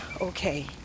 okay